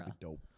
dope